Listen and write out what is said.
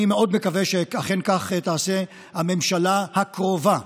אני מאוד מקווה שאכן כך תעשה הממשלה הקרובה.